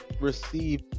receive